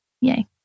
Yay